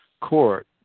court